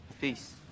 Peace